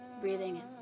Breathing